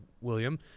William